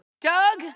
Doug